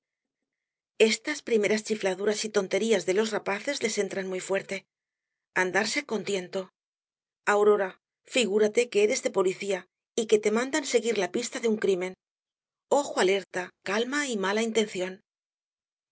estas primeras chifladuras y tonterías de los rapaces les entran muy fuerte andarse con tiento aurora figúrate que eres de policía y que te mandan seguir la pista de un crimen ojo alerta calma y mala intención